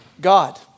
God